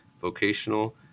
vocational